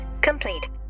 complete